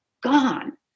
gone